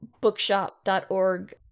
Bookshop.org